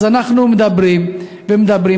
אז אנחנו מדברים ומדברים,